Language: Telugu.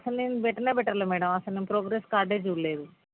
అసలు నేను పెట్టనే పెట్టలేదు మ్యాడమ్ అసలు నేను ప్రోగ్రెస్ కార్డ్ చూడలేదు